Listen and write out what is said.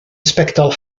sbectol